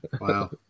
Wow